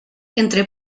entre